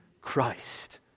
Christ